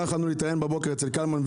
גם לא יכולנו להתראיין בבוקר אצל קלמן,